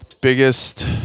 biggest